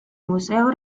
museo